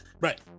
Right